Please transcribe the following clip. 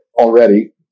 already